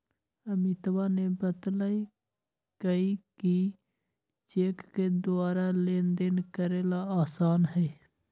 अमितवा ने बतल कई कि चेक के द्वारा लेनदेन करे ला आसान हई